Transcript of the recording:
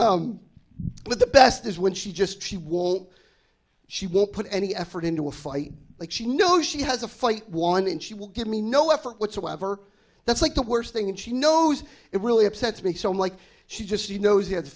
oh the best is when she just she won't she won't put any effort into a fight like she knows she has a fight one and she will give me no effort whatsoever that's like the worst thing and she knows it really upsets me so mike she just she knows